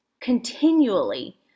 continually